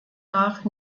nach